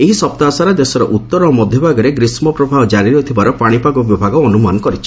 ଏହି ସପ୍ତାହ ସାରା ଦେଶର ଉତ୍ତର ଓ ମଧ୍ୟଭାଗରେ ଗ୍ରୀଷୁପ୍ରବାହ ଜାରି ରହିବାର ପାଣିପାଗ ବିଭାଗ ଅନ୍ତମାନ କରିଛି